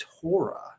torah